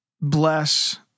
bless